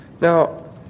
Now